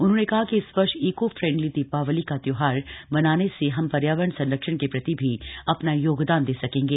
उन्होंने कहा कि इस वर्ष ईको फ्रेंडली दीपावली का त्योहार मनाने से हम पर्यावरण संरक्षण के प्रति भी अपना योगदान दे सकेंगे